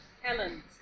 Helen